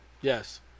Yes